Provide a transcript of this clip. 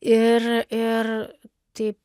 ir ir taip